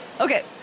Okay